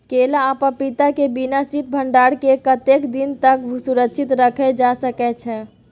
केला आ पपीता के बिना शीत भंडारण के कतेक दिन तक सुरक्षित रखल जा सकै छै?